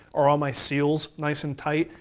are all my seals nice and tight?